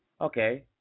okay